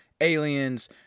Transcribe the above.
Aliens